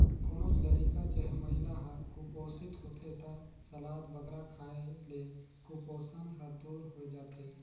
कोनोच लरिका चहे महिला हर कुपोसित होथे ता सलाद बगरा खाए ले कुपोसन हर दूर होए जाथे